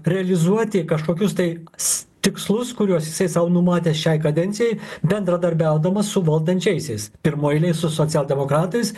realizuoti kažkokius tai s tikslus kuriuos jisai sau numatęs šiai kadencijai bendradarbiaudamas su valdančiaisiais pirmoj eilėj su socialdemokratais